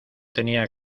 tenía